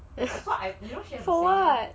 for what